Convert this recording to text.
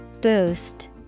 Boost